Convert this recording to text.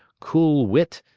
cool wit,